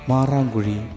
Maranguri